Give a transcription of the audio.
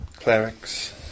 clerics